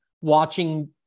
watching